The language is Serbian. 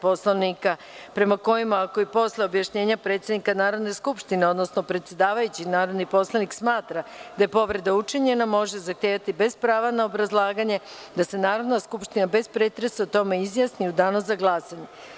Poslovnika, prema kojima ako i posle objašnjenja predsednika Narodne skupštine, odnosno predsedavajućeg, narodni poslanik smatra da je povreda učinjena, može zahtevati, bez prava na obrazlaganje, da se Narodna skupština, bez pretresa, o tome izjasni u Danu za glasanje.